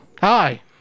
Hi